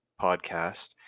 podcast